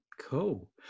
Cool